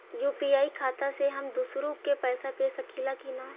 UPI खाता से हम दुसरहु के पैसा भेज सकीला की ना?